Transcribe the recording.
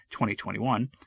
2021